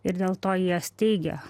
ir dėl to jie steigia